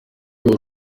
wari